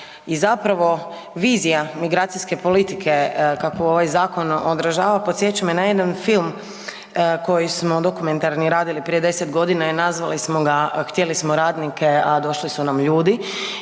je zapravo vizija migracijske politike kakvu ovaj zakon održava, podsjeća me na jedan film koji smo dokumentarni radili prije 10 g. i nazvali smo ga „Htjeli smo radnika došli su nam ljudi“